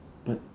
but